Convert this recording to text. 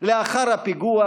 לאחר הפיגוע.